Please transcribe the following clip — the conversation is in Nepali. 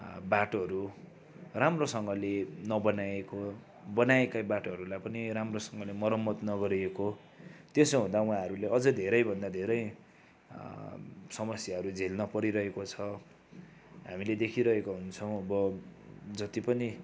बाटोहरू राम्रोसँगले नबनाएको बनाएकै बाटोहरूलाई पनि राम्रोसँगले मर्मत नगरिएको त्यसो हुँदा उहाँहरूले अझै धेरैभन्दा धेरै समस्याहरू झेल्न परिरहेको छ हामीले देखिरहेको हुन्छौँ अब जति पनि